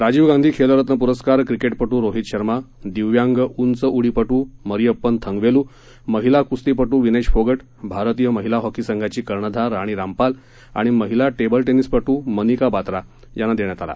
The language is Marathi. राजीव गांधी खेलरत्न प्रस्कार क्रिकेटपटू रोहित शर्मा दिव्यांग उंच उडीपटू मरिअप्पन थंगवेलू महिला क्स्तीपटू विनेश फोगट भारतीय महिला हॉकी संघाची कर्णधार राणी रामपाल आणि महिला टेबल टेनिसपटू मनिका बात्रा यांना देण्यात आला